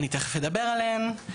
אני תכף אדבר עליהן.